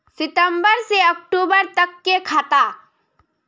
सितम्बर से अक्टूबर तक के खाता?